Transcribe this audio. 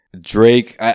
Drake